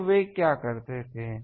तो वे क्या करते थे